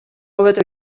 hobeto